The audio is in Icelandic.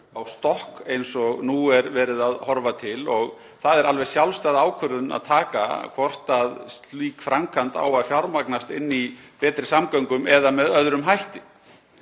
á stokk eins og nú er verið að horfa til og það er alveg sjálfstæð ákvörðun að ákveða hvort slík framkvæmd á að fjármagnast inn í Betri samgöngum eða með öðrum hætti.